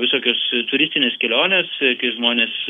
visokios turistinės kelionės kai žmonės